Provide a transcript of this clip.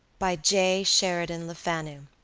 by j. sheridan lefanu